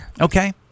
okay